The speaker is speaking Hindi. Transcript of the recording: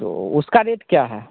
तो उसका रेट क्या है